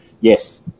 yes